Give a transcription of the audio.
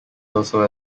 also